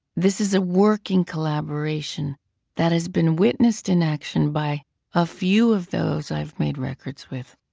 this is a working collaboration that has been witnessed in action by a few of those i have made records with.